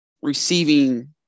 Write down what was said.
Receiving